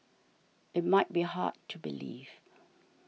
it might be hard to believe